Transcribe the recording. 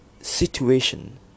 situation